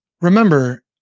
remember